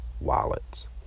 wallets